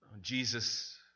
Jesus